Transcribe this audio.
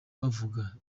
bavuga